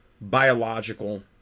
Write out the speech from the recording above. biological